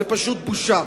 זאת פשוט בושה.